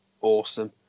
awesome